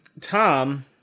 Tom